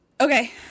Okay